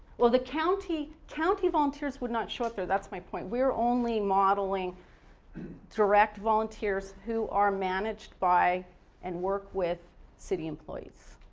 well the county county volunteers would not show up there. that's my point. we're only modeling direct volunteers who are managed by and work with city employees.